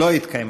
לא התקיימה,